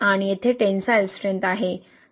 आणि येथे tensile strength आहे